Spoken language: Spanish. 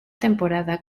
temporada